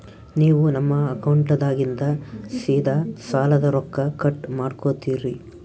ನೀವು ನಮ್ಮ ಅಕೌಂಟದಾಗಿಂದ ಸೀದಾ ಸಾಲದ ರೊಕ್ಕ ಕಟ್ ಮಾಡ್ಕೋತೀರಿ?